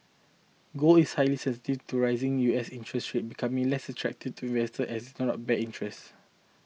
gold is highly sensitive to rising U S interest rates becoming less attractive to investor as do not bear interest